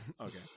Okay